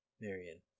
Marion